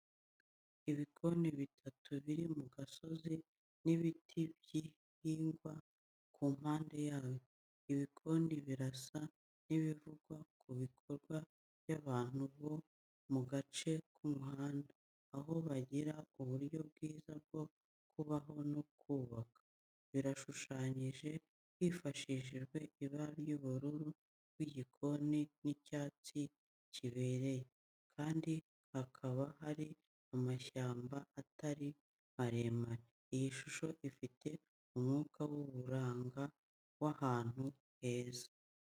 Ibikoni bitatu biri mu gasozi, n'ibiti by'ibihingwa ku mpande zayo. Ibikoni birasa n'ibivugwa mu bikorwa by'abantu bo mu gace k'umuhanda, aho bagira uburyo bwiza bwo kubaho no kubaka. Birashushanyije hifashishijwe ibara ry'ubururu bw'igikoni n'icyatsi kibereye, kandi hakaba hari amashyamba atari maremare. Iyi shusho ifite umwuka w'uburanga w'ahantu heza.